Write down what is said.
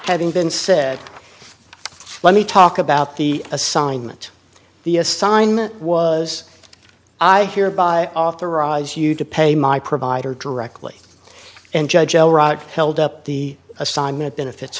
having been said let me talk about the assignment the assignment was i hereby authorize you to pay my provider directly and judge oh roger held up the assignment of benefits